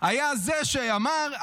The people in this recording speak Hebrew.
היה זה שאמר,